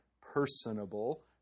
personable